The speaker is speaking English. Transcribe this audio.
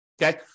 Okay